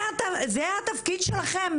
זה התפקיד שלכם?